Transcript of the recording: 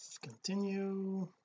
continue